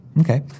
Okay